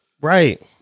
Right